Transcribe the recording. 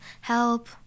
help